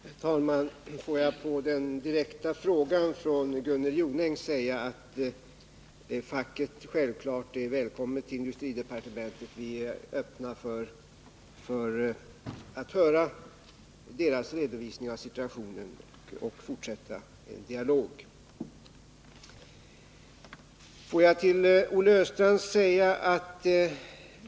Herr talman! Får jag på den direkta frågan från Gunnel Jonäng säga att facket självklart är välkommet till industridepartementet. Vi är öppna för att höra dess redovisning av situationen och fortsätta dialogen.